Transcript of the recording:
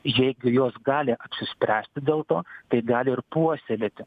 jeigu jos gali apsispręsti dėl to tai gali ir puoselėti